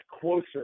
closer